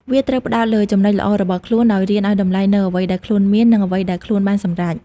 វាត្រូវផ្តោតលើចំណុចល្អរបស់ខ្លួន ដោយរៀនឲ្យតម្លៃនូវអ្វីដែលខ្លួនមាន និងអ្វីដែលខ្លួនបានសម្រេច។